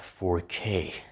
4k